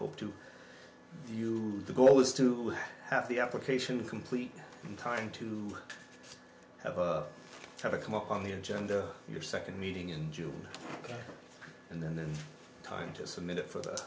hoped to you the goal is to have the application complete in time to try to come up on the agenda your second meeting in june and then the time to submit it for the